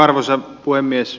arvoisa puhemies